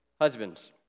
husbands